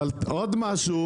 עוד משהו,